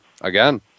Again